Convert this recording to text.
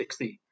60